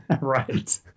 Right